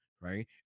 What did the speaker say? right